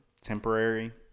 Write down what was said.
temporary